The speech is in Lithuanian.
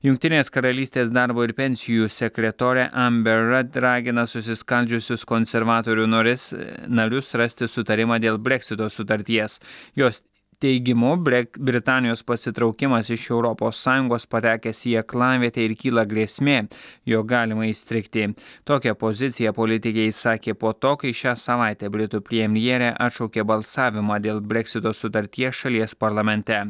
jungtinės karalystės darbo ir pensijų sekretorė amber rad ragina susiskaldžiusius konservatorių noris narius rasti sutarimą dėl breksito sutarties jos teigimu brek britanijos pasitraukimas iš europos sąjungos patekęs į į aklavietę ir kyla grėsmė jog galima įstrigti tokią poziciją politikė išsakė po to kai šią savaitę britų premjerė atšaukė balsavimą dėl breksito sutarties šalies parlamente